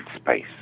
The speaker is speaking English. space